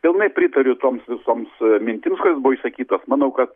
pilnai pritariu toms visoms mintims kurios buvo išsakytos manau kad